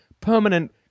permanent